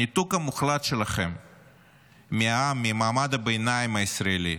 שלכם מהעם, ממעמד הביניים הישראלי,